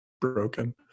broken